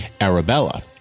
Arabella